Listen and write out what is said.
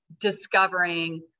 discovering